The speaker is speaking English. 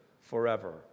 forever